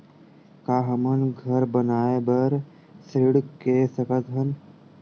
का हमन घर बनाए बार ऋण ले सकत हन?